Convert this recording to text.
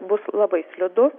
bus labai slidu